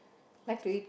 like to eat